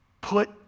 put